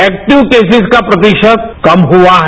active cases का प्रतिशत कम हुआ है